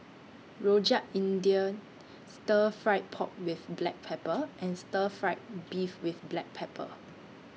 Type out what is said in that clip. Rojak India Stir Fry Pork with Black Pepper and Stir Fry Beef with Black Pepper